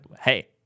Hey